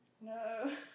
No